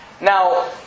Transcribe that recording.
now